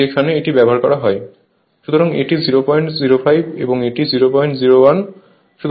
সুতরাং এটি 005 এবং এটি 001